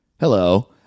Hello